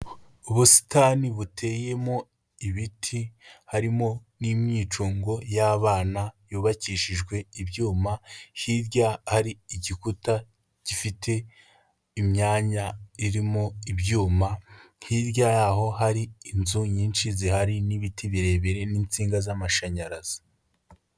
Ubusitani buteyemo ibiti harimo n'imyicungo y'abana yubakishijwe ibyuma, hirya hari igikuta gifite imyanya irimo ibyuma hirya y'aho hari inzu nyinshi zihari n'ibiti birebire n'insinga z'amashanyarazi.